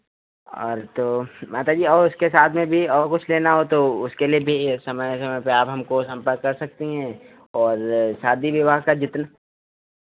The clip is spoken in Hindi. और तो माताजी और इसके साथ में भी और कुछ लेना हो तो उसके लिए भी समय समय में आप हमको संपर्क कर सकती हैं और शादी विवाह का जितना